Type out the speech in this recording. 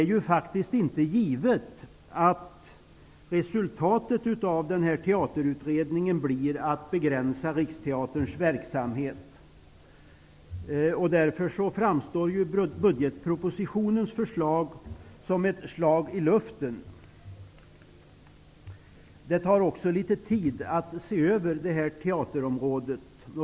Det är faktiskt inte givet att resultatet av Teaterutredningen blir en begränsning av Riksteaterns verksamhet. Därför framstår budgetpropositionens förslag som ett slag i luften. Det tar också litet tid att se över teaterområdet.